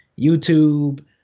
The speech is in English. YouTube